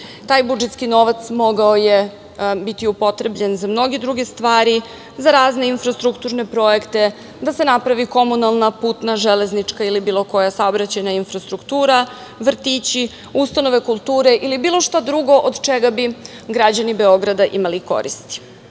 Taj budžetski novac mogao je biti upotrebljen za mnoge druge stvari, za razne infrastrukturne projekte, da se napravi komunalna putna, železnička ili bilo koja saobraćajna infrastruktura, vrtići, ustanove kulture ili bilo šta drugo od čega bi građani Beograda imali